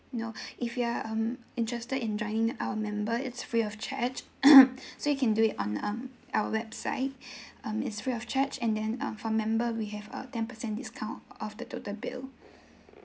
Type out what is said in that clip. no if you are um interested in joining our member it's free of charge so you can do it on um our website um it's free of charge and then uh for member we have a ten percent discount off the total bill